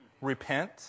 repent